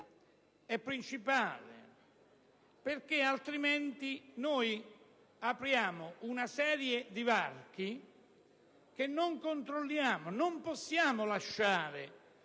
e principale, altrimenti apriamo una serie di varchi che non controlliamo: non possiamo lasciare